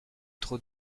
trop